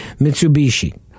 Mitsubishi